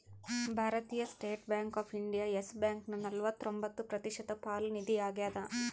ಭಾರತೀಯ State Bank of India Yes ಬ್ಯಾಂಕನ ನಲವತ್ರೊಂಬತ್ತು ಪ್ರತಿಶತ ಪಾಲು ನಿಗದಿಯಾಗ್ಯದ